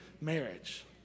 marriage